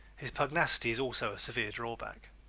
his pugnacity is also a severe drawback.